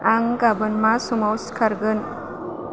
आं गाबोन मा समाव सिखारगोन